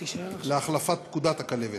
להחלפת פקודת הכלבת.